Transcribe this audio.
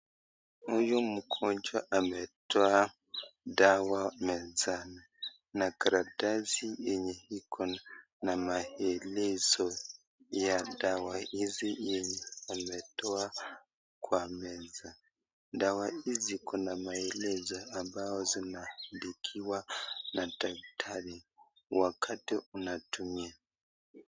Huyu mgonjwa ametoa dawa mezani na karatasi yenye iko na maelezoya dawa hizi yenye ametoa kwa meza. Dawa hizi kuna maelezo ambayo zimeandikiwa na daktari wakati unatumia.